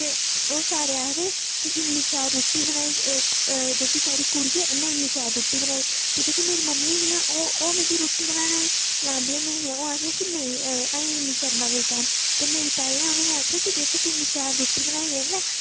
ते ओह् सारे आखदे इ'न्नी शैल रुट्टी बनाई जेह्की साढ़ी कुड़ी ऐ इ'न्ने इ'न्नी शैल रुट्टी बनाई ते जेह्की मेरी मम्मी हियां ओह् ओह् मिगी रुट्टी बनाने गी लांदी नेहियां ओह् आखदी होंदियां हियां की नेईं असें निं करना कोई कम्म ते मेरी ताई नै उ'नेंगी आखेआ की दिक्ख इ'न्नी शैल रुट्टी बनाई ऐ